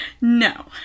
No